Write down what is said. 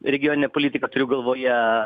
regioninė politika turiu galvoje